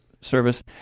service